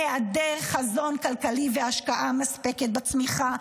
יש קשר בין היעדר חזון כלכלי והשקעה מספקת בצמיחה,